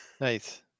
Nice